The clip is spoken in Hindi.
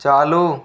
चालू